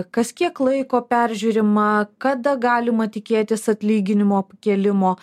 kas kiek laiko peržiūrima kada galima tikėtis atlyginimo kėlimo